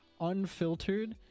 unfiltered